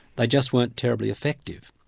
they just weren't terribly effective.